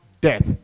death